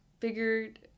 figured